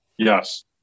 Yes